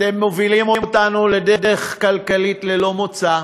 אתם מובילים אותנו לדרך כלכלית ללא מוצא,